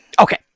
Okay